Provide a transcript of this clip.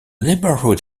neighborhood